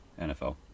NFL